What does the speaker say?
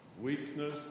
Weakness